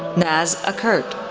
naz akkurt,